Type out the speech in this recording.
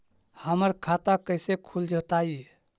हमर खाता कैसे खुल जोताई?